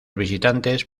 visitantes